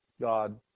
God